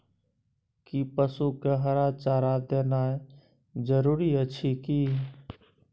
कि पसु के हरा चारा देनाय जरूरी अछि की?